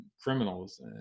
criminals